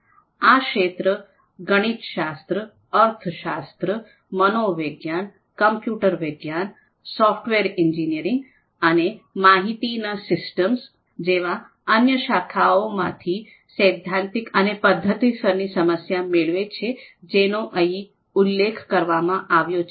આ ક્ષેત્ર ગણિતશાસ્ત્ર અર્થશાસ્ત્ર મનોવિજ્ઞાન કમ્પ્યુટર વિજ્ઞાન સોફ્ટવેર એન્જિનિયરીંગ અને માહિતીના સિસ્ટમ જેવા અન્ય શાખાઓમાંથી સૈદ્ધાંતિક અને પદ્ધતિસરની સહાય મેળવે છે જેનો અહીં ઉલ્લેખ કરવામાં આવ્યો છે